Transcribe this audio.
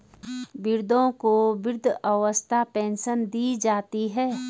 वृद्धों को वृद्धावस्था पेंशन दी जाती है